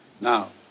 Now